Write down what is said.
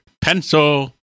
pencil